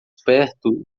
perto